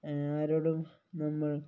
ആരോടും നമ്മൾ